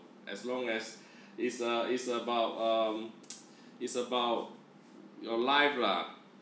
as long as it's uh it's about um it's about your life lah